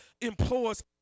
implores